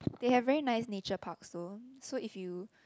they have very nice nature parks though so if you